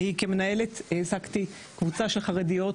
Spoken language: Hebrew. אני כמנהלת העסקתי קבוצה של חרדיות,